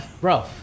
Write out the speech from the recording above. Bro